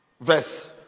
Verse